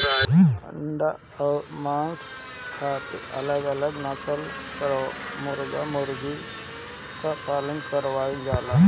अंडा अउर मांस खातिर अलग अलग नसल कअ मुर्गा मुर्गी कअ पालन कइल जाला